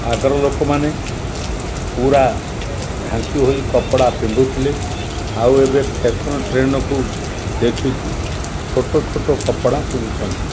ଆଗର ଲୋକମାନେ ପୂରା ଢାଙ୍କି ହୋଇ କପଡ଼ା ପିନ୍ଧୁଥିଲେ ଆଉ ଏବେ ଫ୍ୟାସନ୍ ଟ୍ରେଣ୍ଡ୍କୁ ଦେଖିକି ଛୋଟ ଛୋଟ କପଡ଼ା ପିନ୍ଧୁଛନ୍ତି